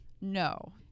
No